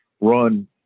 run